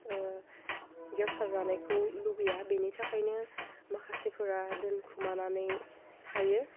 गेवसारजानायखौ लुगैया बेनि थाखायनो माखासेफोरा दोनखुमानानै थायो